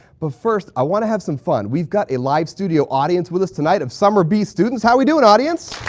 but first i want to have some fun. we've got a live studio audience with us tonight of summer b students. how we doing audience?